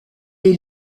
est